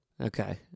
Okay